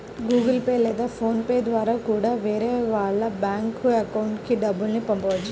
Google Pay లేదా PhonePe ద్వారా కూడా వేరే వాళ్ళ బ్యేంకు అకౌంట్లకి డబ్బుల్ని పంపొచ్చు